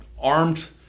armed